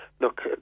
Look